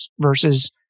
versus